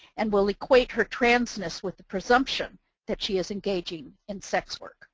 and will equate her transness with the presumption that she is engaging in sex work